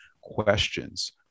questions